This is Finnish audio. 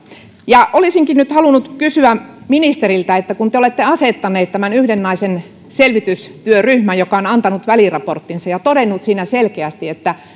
olisinkin nyt halunnut kysyä ministeriltä kun te olette asettaneet tämän yhden naisen selvitystyöryhmän joka on antanut väliraporttinsa ja todennut siinä selkeästi että